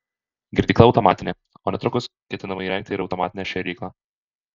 girdykla automatinė o netrukus ketinama įrengti ir automatinę šėryklą